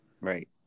Right